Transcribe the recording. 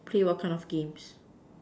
play what kind of games